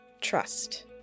trust